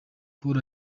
poro